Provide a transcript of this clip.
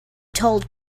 told